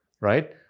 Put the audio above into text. right